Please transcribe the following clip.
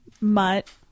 mutt